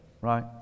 right